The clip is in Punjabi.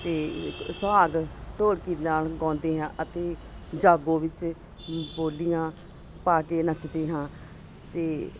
ਅਤੇ ਸੁਹਾਗ ਢੋਲਕੀ ਨਾਲ ਗਾਉਂਦੇ ਹਾਂ ਅਤੇ ਜਾਗੋ ਵਿੱਚ ਬੋਲੀਆਂ ਪਾ ਕੇ ਨੱਚਦੇ ਹਾਂ ਅਤੇ